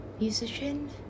musician